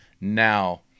now